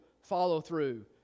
follow-through